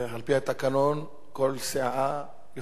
על-פי התקנון כל סיעה,